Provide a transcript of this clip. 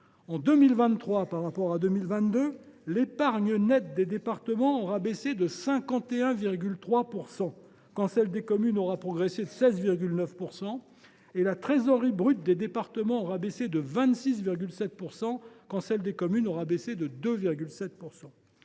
En 2023 par rapport à 2022, l’épargne nette des départements aura baissé de 51,3 %, quand celle des communes aura progressé de 16,9 %, et la trésorerie brute des départements aura fléchi de 26,7 %, quand celle des communes n’aura diminué que de 2,7 %.